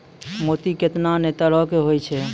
मोती केतना नै तरहो के होय छै